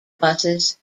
buses